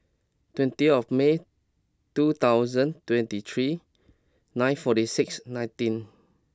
twenty of May two thousand and twenty three nine forty six nineteen